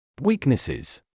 Weaknesses